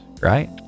right